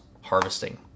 harvesting